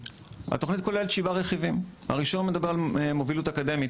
התוכנית כוללת 7 רכיבים: הראשון מדבר על מובילות אקדמית,